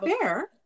fair